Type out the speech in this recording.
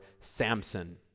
Samson